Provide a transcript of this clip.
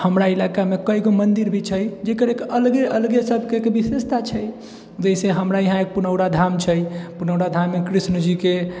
आओर हमरा इलाकामे कए गो मन्दिर भी छै जेकर एक अलगे अलगे सबके एक विशेषता छै जैसे हमरा इहा एक पुनौरा धाम छै पुनौरा धाममे कृष्णजीके